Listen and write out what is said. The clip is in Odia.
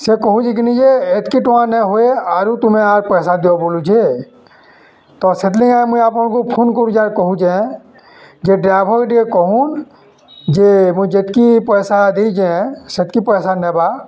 ସେ କହୁଛି କିନି ଯେ ଏତକି ଟଙ୍କା ନେ ହୁଏ ଆରୁ ତୁମେ ଆର୍ ପଇସା ଦିଅ ବୋଲୁଛେ ତ ସେଥି ମୁଇଁ ଆପଣଙ୍କୁ ଫୋନ କରୁଛି ଆର୍ କହୁଛେଁ ଯେ ଡ୍ରାଇଭର୍ ଟିକେ କହୁନ୍ ଯେ ମୁଇଁ ଯେତିକି ପଇସା ଦେଇଛେଁ ସେତିକି ପଇସା ନେବା